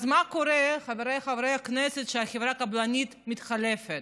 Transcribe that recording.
מה קורה, חבריי חברי הכנסת, כשחברה קבלנית מתחלפת?